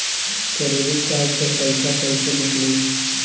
Credit card से पईसा केइसे निकली?